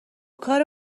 کار